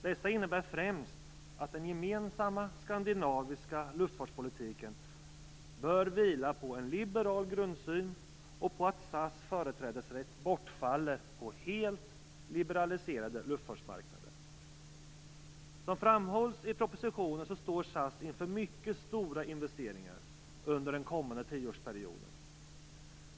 Dessa innebär främst att den gemensamma skandinaviska luftfartspolitiken bör vila på en liberal grundsyn och på att SAS företrädesrätt bortfaller på helt liberaliserade luftfartsmarknader. Som framhålls i propositionen står SAS inför mycket stora investeringar under den kommande tioårsperioden.